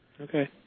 Okay